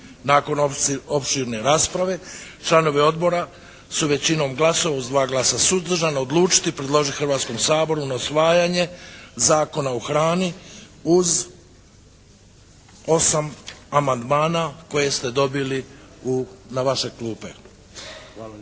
Nakon opširne rasprave članovi Odbora su većinom glasova uz dva glasa suzdržano odučili predložiti Hrvatskom saboru na usvajanje Zakona o hrani uz osam amandmana koje ste dobili na vaše klupe.